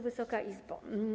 Wysoka Izbo!